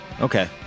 Okay